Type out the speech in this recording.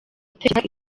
utekereza